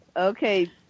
okay